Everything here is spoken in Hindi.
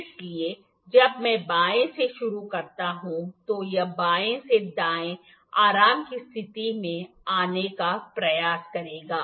इसलिए जब मैं बाएं से शुरू करता हूं तो यह बाएं से दाएं आराम की स्थिति में आने का प्रयास करेगा